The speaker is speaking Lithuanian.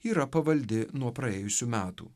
yra pavaldi nuo praėjusių metų